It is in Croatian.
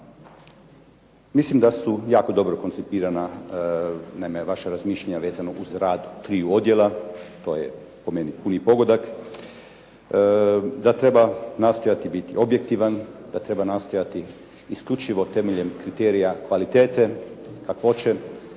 Mislim da su jako dobro koncipirana naime vaša razmišljanja vezana uz rad 3 odjela, to je po meni puni pogodak. Da treba nastojati biti objektivan, da treba nastojati isključivo temeljem kriterija kvalitete, kakvoće,